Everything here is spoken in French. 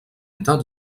état